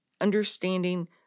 understanding